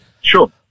Sure